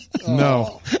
No